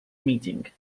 meeting